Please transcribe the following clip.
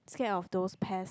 scared of those pest